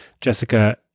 Jessica